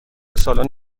سالن